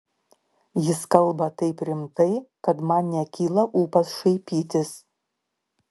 jis kalba taip rimtai kad man nekyla ūpas šaipytis